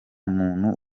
muntu